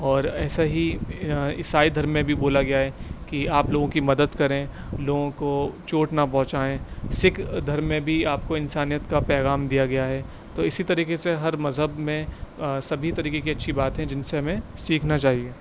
اور ایسا ہی عیسائی دھرم میں بھی بولا گیا ہے کہ آپ لوگوں کی مدد کریں لوگوں کو چوٹ نہ پہنچائیں سکھ دھرم میں بھی آپ کو انسانیت کا پیغام دیا گیا ہے تو اسی طریقے سے ہر مذہب میں سبھی طریقے کی اچھی باتیں جن سے ہمیں سیکھنا چاہیے